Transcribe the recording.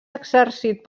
exercit